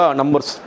numbers